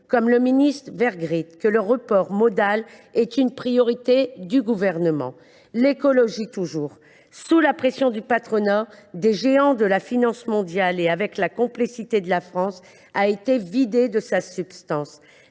comme le ministre Patrice Vergriete, que le report modal est une priorité du Gouvernement ? Sur l’écologie, toujours, sous la pression du patronat, des géants de la finance mondiale, et avec la complicité de la France, la directive sur le